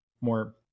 more